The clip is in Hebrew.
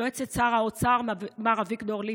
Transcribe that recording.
יועצת שר האוצר מר אביגדור ליברמן,